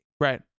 right